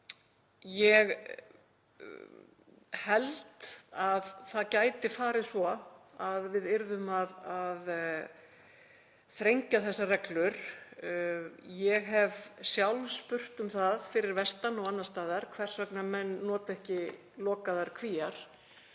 Ég held að það gæti farið svo að við yrðum að þrengja þessar reglur. Ég hef sjálf spurt um það fyrir vestan og annars staðar hvers vegna menn noti ekki lokaðar kvíar